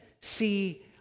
see